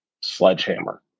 Sledgehammer